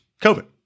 COVID